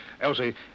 Elsie